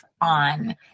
on